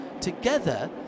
together